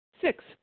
six